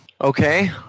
Okay